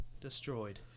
destroyed